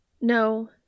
No